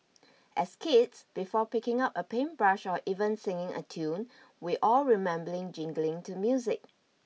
as kids before picking up a paintbrush or even singing a tune we all remember jiggling to music